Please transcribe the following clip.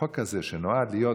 שהחוק הזה, שנועד להיות